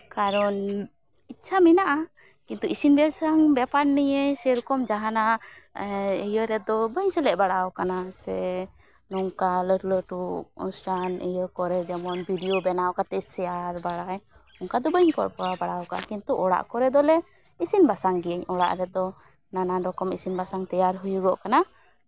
ᱠᱟᱨᱚᱱ ᱤᱪᱪᱷᱟ ᱢᱮᱱᱟᱜᱼᱟ ᱠᱤᱱᱛᱩ ᱤᱥᱤᱱ ᱵᱟᱥᱟᱝ ᱵᱮᱯᱟᱨ ᱱᱤᱭᱮ ᱥᱮᱭᱨᱚᱠᱚᱢ ᱡᱟᱦᱟᱱᱟᱜ ᱤᱭᱟᱹ ᱨᱮᱫᱚ ᱵᱟᱹᱧ ᱥᱮᱞᱮᱫ ᱵᱟᱲᱟ ᱟᱠᱟᱱᱟ ᱥᱮ ᱱᱚᱝᱠᱟ ᱠᱟᱹᱴᱩ ᱞᱟᱹᱴᱩ ᱚᱱᱩᱥᱴᱷᱟᱱ ᱤᱭᱟᱹ ᱠᱚᱨᱮᱜ ᱡᱮᱢᱚᱱ ᱵᱷᱤᱰᱤᱭᱳ ᱵᱮᱱᱟᱣ ᱠᱟᱛᱮ ᱥᱮᱭᱟᱨ ᱵᱟᱲᱟᱭ ᱚᱱᱠᱟ ᱫᱚ ᱵᱟᱹᱧ ᱠᱚᱨᱟᱣ ᱠᱟᱜᱼᱟ ᱠᱤᱱᱛᱩ ᱚᱲᱟᱜ ᱠᱚᱨᱮ ᱫᱚᱞᱮ ᱤᱥᱤᱱ ᱵᱟᱥᱟᱝ ᱜᱤᱭᱟᱹᱧ ᱚᱲᱟᱜ ᱨᱮᱫᱚ ᱱᱟᱱᱟ ᱨᱚᱠᱚᱢ ᱤᱥᱤᱱ ᱵᱟᱥᱟᱝ ᱛᱮᱭᱟᱨ ᱦᱩᱭᱩᱜᱚᱜ ᱠᱟᱱᱟ